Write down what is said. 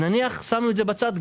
שמנו את זה בצד.